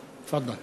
רגילה.